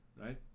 right